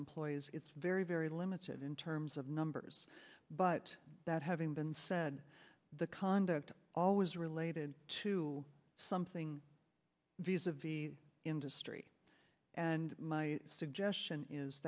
employees it's very very limited in terms of numbers but that having been said the conduct always related to something viz a viz industry and my suggestion is